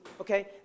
okay